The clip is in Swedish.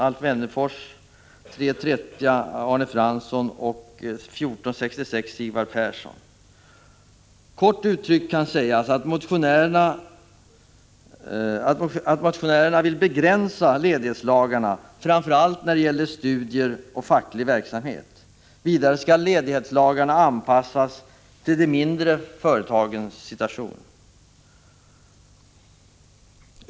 Kort uttryckt kan sägas att motionärerna vill begränsa ledighetslagarna, framför allt när det gäller studier och facklig verksamhet. Vidare skall ledighetslagarna anpassas till de mindre företagens situation.